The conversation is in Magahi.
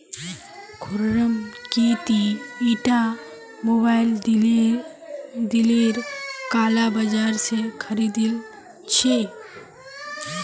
खुर्रम की ती ईटा मोबाइल दिल्लीर काला बाजार स खरीदिल छि